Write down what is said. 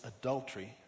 adultery